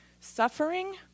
suffering